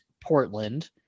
Portland